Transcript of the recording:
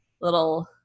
little